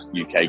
UK